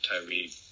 Tyree